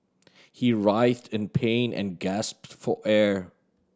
he writhed in pain and gasped for air